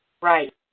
Right